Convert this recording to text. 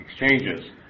exchanges